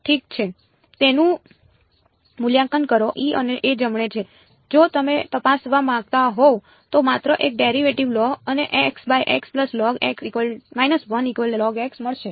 ઠીક છે તેનું મૂલ્યાંકન કરો અને a જમણે જો તમે તપાસવા માંગતા હોવ તો માત્ર એક ડેરિવેટિવ લો તમને મળશે